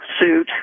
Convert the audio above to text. suit